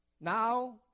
Now